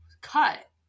cut